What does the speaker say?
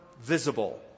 visible